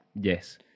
Yes